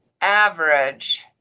average